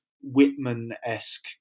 whitman-esque